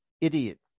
idiot